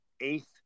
eighth